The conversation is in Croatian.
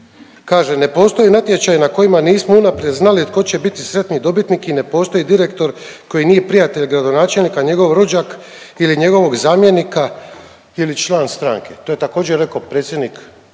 Kaže, ne postoje natječaji na kojima nismo unaprijed znali tko će biti sretni dobitnik i ne postoji direktor koji nije prijatelj gradonačelnika, njegov rođak ili njegovog zamjenika ili član stranke. To je također rekao predsjednik